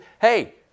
hey